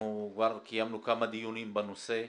אנחנו קיימנו כמה דיונים בנושא.